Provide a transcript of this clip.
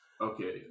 Okay